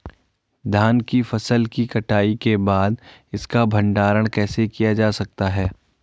धान की फसल की कटाई के बाद इसका भंडारण कैसे किया जा सकता है?